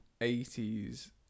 80s